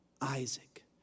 Isaac